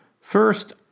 First